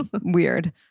Weird